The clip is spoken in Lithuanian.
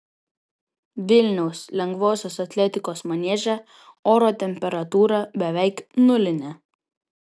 vilniaus lengvosios atletikos manieže oro temperatūra beveik nulinė